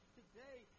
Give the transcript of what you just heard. today